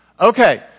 Okay